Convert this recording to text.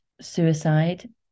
suicide